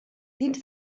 dins